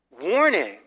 warning